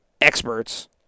experts